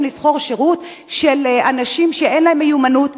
או לשכור שירות של אנשים שאין להם מיומנות,